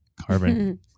carbon